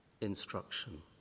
instruction